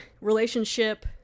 relationship